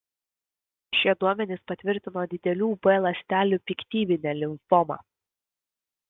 šie duomenys patvirtino didelių b ląstelių piktybinę limfomą